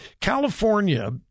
California